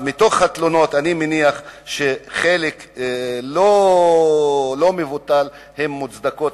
מתוך התלונות אני מניח שחלק לא מבוטל מהן מוצדקות,